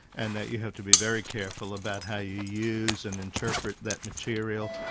and that you have to be very careful about how you use and interpret that material,